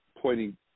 pointing